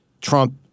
Trump